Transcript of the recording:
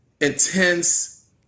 intense